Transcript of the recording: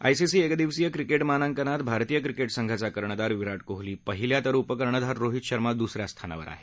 ICC एकदिवसीय cricket मानांकनात भारतीय क्रिकेट संघाचा कर्णधार विराट कोहली पहिल्या तर उपकर्णधार रोहित शर्मा दुस या स्थानावर आहे